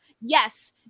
Yes